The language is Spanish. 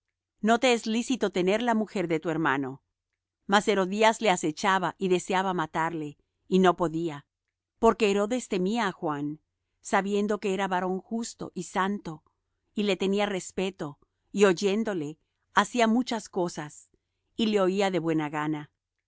no te es lícito tener la mujer de tu hermano mas herodías le acechaba y deseaba matarle y no podía porque herodes temía á juan sabiendo que era varón justo y santo y le tenía respeto y oyéndole hacía muchas cosas y le oía de buena gana